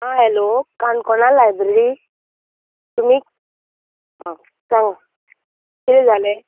आं हॅलो काणकोणां लायब्ररी तुमी आं सांगा कितें जालें